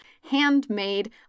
handmade